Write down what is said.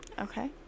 Okay